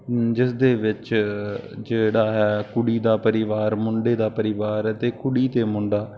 ਜਿਸ ਦੇ ਵਿੱਚ ਜਿਹੜਾ ਹੈ ਕੁੜੀ ਦਾ ਪਰਿਵਾਰ ਮੁੰਡੇ ਦਾ ਪਰਿਵਾਰ ਅਤੇ ਕੁੜੀ ਅਤੇ ਮੁੰਡਾ